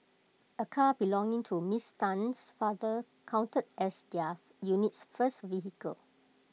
A car belonging to miss Tan's father counted as their unit's first vehicle